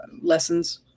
lessons